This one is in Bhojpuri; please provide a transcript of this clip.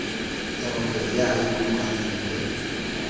तब कहिया आई कुल कागज़ लेके?